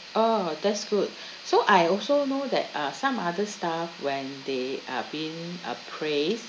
oh that's good so I also know that uh some other staff when they are being appraised